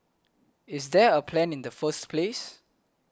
is there a plan in the first place